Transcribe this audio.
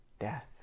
death